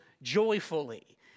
joyfully